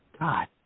God